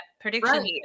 prediction